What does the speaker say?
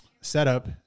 setup